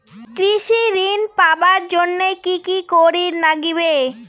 কৃষি ঋণ পাবার জন্যে কি কি করির নাগিবে?